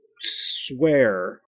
swear